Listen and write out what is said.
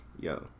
yo